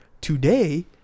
today